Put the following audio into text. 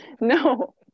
No